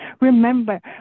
Remember